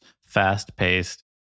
fast-paced